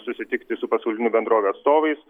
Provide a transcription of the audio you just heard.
susitikti su pasaulinių bendrovių atstovais